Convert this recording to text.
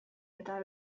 eta